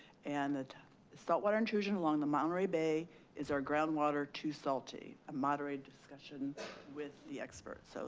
and and saltwater intrusion along the monterey bay is our groundwater too salty? a moderated discussion with the experts. so